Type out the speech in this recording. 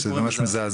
שזה ממש מזעזע.